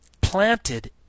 planted